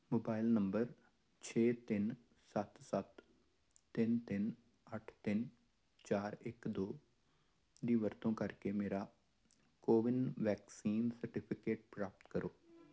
mobile number ਛੇ ਤਿੰਨ ਸੱਤ ਸੱਤ ਤਿੰਨ ਤਿੰਨ ਅੱਠ ਤਿੰਨ ਚਾਰ ਇੱਕ ਦੋ ਦੀ ਵਰਤੋਂ ਕਰਕੇ ਮੇਰਾ ਕੋਵਿਨ ਵੈਕਸੀਨ ਸਰਟੀਫਿਕੇਟ ਪ੍ਰਾਪਤ ਕਰੋ